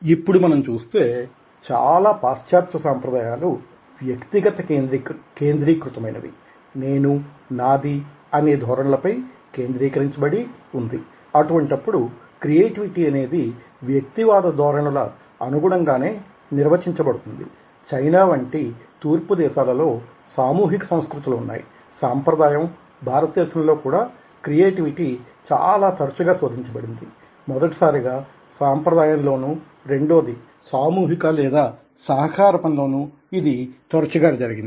ఇప్పుడు మనం చూస్తే చాలా పాశ్చాత్య సాంప్రదాయాలు వ్యక్తిగత కేంద్రీకృతమైనవి నేను నాది అనే ధోరణులపై కేంద్రీకరించబడి ఉంది అటువంటప్పుడు క్రియేటివిటీ అనేది వ్యక్తివాదం ధోరణుల అనుగుణంగానే నిర్వహించబడుతుందిచైనా వంటి తూర్పు దేశాలలో సామూహిక సంస్కృతులు ఉన్నాయి సాంప్రదాయ భారతదేశంలో కూడా క్రియేటివిటీ చాలా తరచుగా శోధించబడినది మొదటిగా సాంప్రదాయం లోనూ రెండోది సామూహిక లేదా సహకార పనిలోనూ ఇది తరచుగా జరిగింది